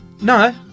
No